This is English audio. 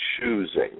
choosing